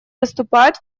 выступает